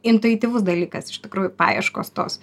intuityvus dalykas iš tikrųjų paieškos tos